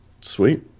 Sweet